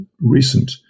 recent